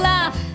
Love